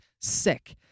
sick